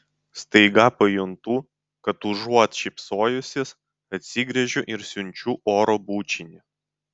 staiga pajuntu kad užuot šypsojusis atsigręžiu ir siunčiu oro bučinį